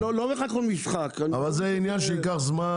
אבל זה עניין שייקח זמן,